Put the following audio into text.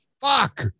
fuck